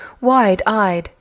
wide-eyed